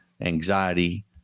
anxiety